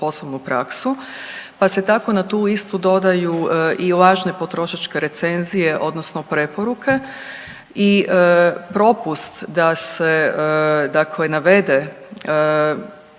poslovnu praksu pa se tako na tu listu dodaju i lažne potrošačke recenzije odnosno preporuke i propust da se dakle navede